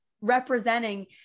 representing